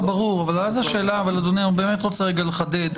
ברור אבל אני רוצה לחדד.